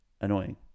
annoying